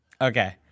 okay